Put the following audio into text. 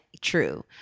true